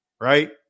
right